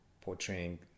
portraying